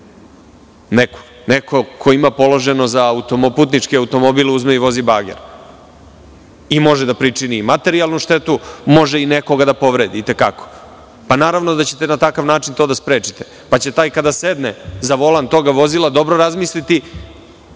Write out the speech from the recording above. neku, neko ko ima položen za putnički automobil, uzme i vozi bager i može da pričini i materijalnu štetu, a može nekoga da i te kako povredi. Naravno da ćete na takav način to da sprečite, pa će taj kada sedne za volan tog vozila dobro razmisliti